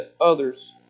others